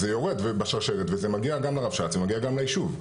אז זה יורד בשרשרת וזה מגיע גם לרבש"ץ ומגיע גם ליישוב.